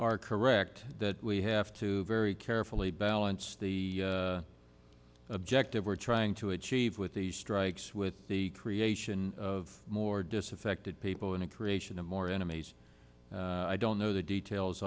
are correct that we have to very carefully balance the objective we're trying to achieve with the strikes with the creation of more disaffected people and creation of more enemies i don't know the details